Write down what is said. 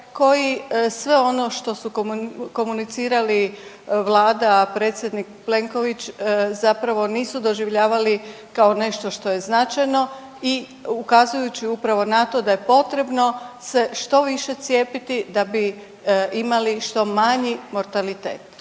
koji sve ono što su komunicirali Vlada, predsjednik Plenković zapravo nisu doživljavali kao nešto što je značajno i ukazujući upravo na to da je potrebno se što više cijepiti da bi imali što manji mortalitet.